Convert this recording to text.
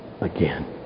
again